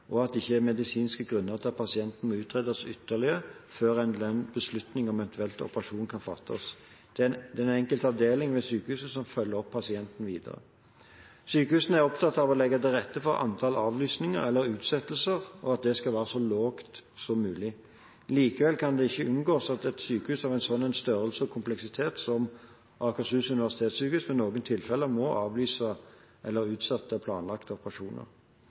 og at det ikke er medisinske grunner til at pasienten må utredes ytterligere før endelig beslutning om en eventuell operasjon kan fattes. Det er den enkelte avdeling ved sykehuset som følger opp pasienten videre. Sykehuset er opptatt av å legge til rette for at antall avlysninger eller utsettelser skal være lavest mulig. Likevel kan det ikke unngås at et sykehus av en slik størrelse og kompleksitet som Akershus universitetssykehus, ved noen tilfeller må avlyse eller utsette planlagte operasjoner.